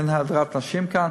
אין הדרת נשים כאן.